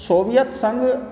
Soviet Sangh